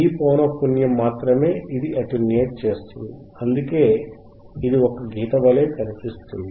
ఈ పౌనఃపున్యం మాత్రమే అది అటెన్యూయేట్ చేస్తుంది మరియు అందుకే ఇది ఒక గీత వలె కనిపిస్తుంది